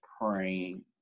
praying